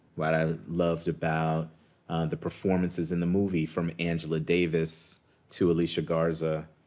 what i loved about the performances in the movie, from angela davis to alicia garza,